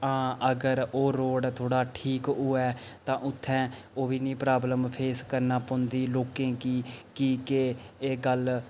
हां अगर ओह् रोड़ थोह्ड़ा ठीक होऐ तां उत्थै ओह् बी नीं प्राब्लम फेस करना पौंदी लोकें गी की के एह् गल्ल